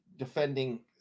defending